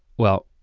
well,